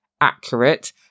accurate